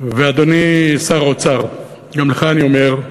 ואדוני שר האוצר, גם לך אני אומר,